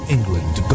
England